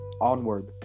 Onward